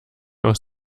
aus